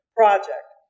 project